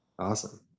Awesome